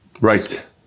Right